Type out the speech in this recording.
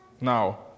Now